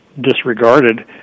disregarded